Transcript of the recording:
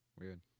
Weird